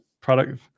product